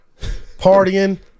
partying